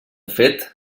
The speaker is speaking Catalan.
fet